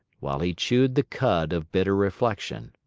while he chewed the cud of bitter reflection.